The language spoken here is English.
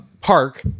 park